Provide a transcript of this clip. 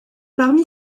parmi